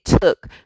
took